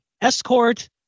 escort